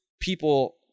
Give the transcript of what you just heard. people